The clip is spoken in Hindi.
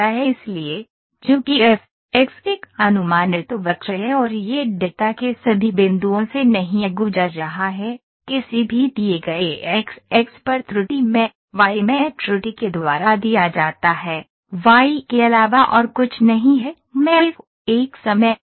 इसलिए चूंकि f एक अनुमानित वक्र है और यह डेटा के सभी बिंदुओं से नहीं गुजर रहा है किसी भी दिए गए x x पर त्रुटिमैं वाईमैं त्रुटि के द्वारा दिया जाता है y के अलावा और कुछ नहीं हैमैं एफ एक्समैं